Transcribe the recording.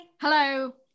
Hello